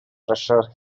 treasure